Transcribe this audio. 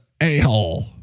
a-hole